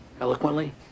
Eloquently